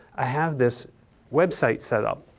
i have this website set up.